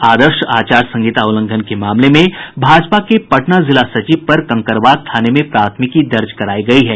आदर्श आचार संहिता उल्लंघन के मामले में भाजपा के पटना जिला सचिव पर कंकड़बाग थाने में प्राथमिकी दर्ज कराया गयी है